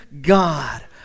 god